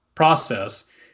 Process